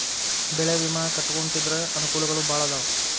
ಬೆಳೆ ವಿಮಾ ಕಟ್ಟ್ಕೊಂತಿದ್ರ ಅನಕೂಲಗಳು ಬಾಳ ಅದಾವ